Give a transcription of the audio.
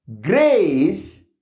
grace